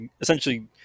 essentially